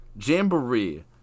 Jamboree